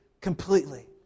completely